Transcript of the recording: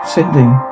Cindy